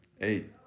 eight